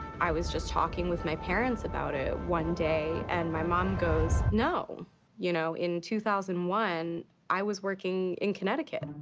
i was just talking with my parents about it one day and my mom goes no you know in two thousand and one i was working in connecticut.